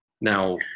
Now